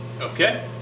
Okay